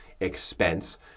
expense